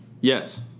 Yes